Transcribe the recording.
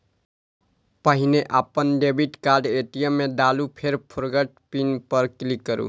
पहिने अपन debit card ATM मे डालू, फेर फोरगेट पिन पर क्लिक करू